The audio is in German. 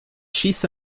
schieße